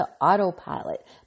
autopilot